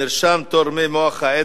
מרשם תורמי מוח עצם,